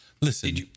Listen